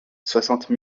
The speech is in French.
soixante